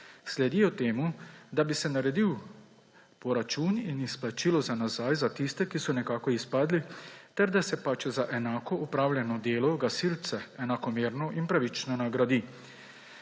Sledijo temu, da bi se naredil poračun in izplačilo za nazaj za tiste, ki so nekako izpadli, ter da se pač za enako opravljeno delo gasilce enakomerno in pravično nagradi.